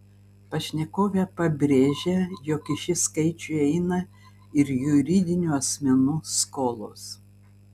pašnekovė pabrėžia jog į šį skaičių įeina ir juridinių asmenų skolos